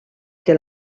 que